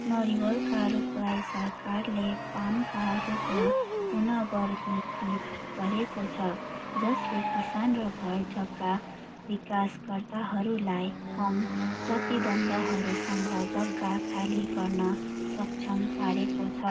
नरिवलका रुखलाई सरकारले पामका रूपमा पुन वर्गीकृत गरेको छ जसले किसान र घरजग्गा विकासकर्ताहरूलाई कम प्रतिबन्धहरूसँग जग्गा खाली गर्न सक्षम पारेको छ